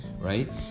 right